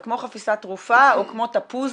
זה כמו חפיסת תרופה או כמו תפוז,